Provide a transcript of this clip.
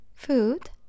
Food